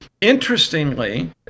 Interestingly